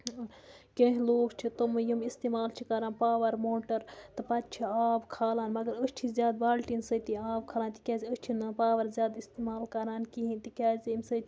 کیٚنٛہہ لوٗکھ چھِ تِمہٕ یِم اِستعمال چھِ کَران پاوَر موٹَر تہٕ پَتہٕ چھِ آب کھالان مَگر أسۍ چھِ زیادٕ بالٹیٖن سۭتی آب کھالان تِکیٛازِ أسۍ چھِنہٕ پاور زیادٕ اِستعمال کَران کِہیٖنۍ تِکیٛازِ ییٚمہِ سۭتۍ